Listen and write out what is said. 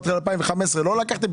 עד תחילת 2015 לא לקחתם,